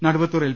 Naduvathur L